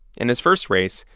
in his first race,